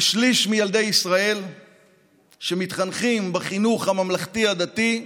כשליש מילדי ישראל מתחנכים בחינוך הממלכתי-דתי.